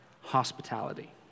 hospitality